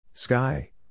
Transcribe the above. Sky